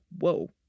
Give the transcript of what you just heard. whoa